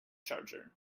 charger